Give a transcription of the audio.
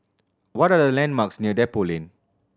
what are the landmarks near Depot Lane